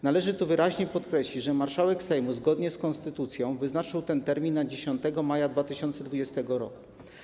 Należy tu wyraźnie podkreślić, że marszałek Sejmu zgodnie z konstytucją wyznaczył ten termin na 10 maja 2020 r.